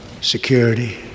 security